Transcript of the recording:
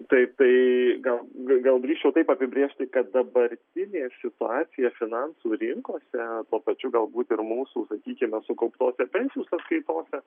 taip tai gal gal drįsčiau taip apibrėžti kad dabartinė situacija finansų rinkose arba pačių galbūt ir mūsų sakykime sukauptose pensijų sąskaitose